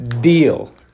Deal